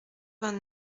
vingt